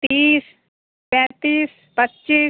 तीस पैंतीस पच्चीस